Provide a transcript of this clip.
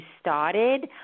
started